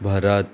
Bharat